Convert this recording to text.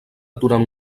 durant